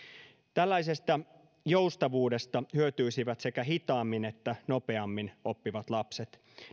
tällaisesta joustavuudesta hyötyisivät sekä hitaammin että nopeammin oppivat lapset